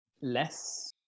less